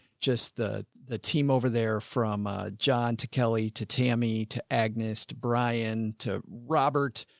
just the ah team over there from, ah, john to kelly to tammy, to agnes, brian to robert.